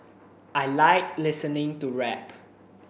I like listening to rap